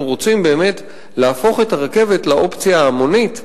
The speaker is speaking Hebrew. רוצים באמת להפוך את הרכבת לאופציה ההמונית והמועדפת.